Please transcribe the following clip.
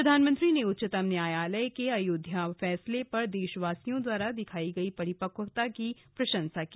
प्रधानमंत्री ने उच्चतम न्यायालय के अयोध्या फैसले पर देशवासियों द्वारा दिखाई गई परिपक्वता की प्रशंसा की